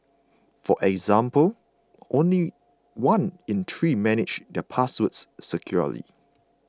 for example only one in three manage their passwords securely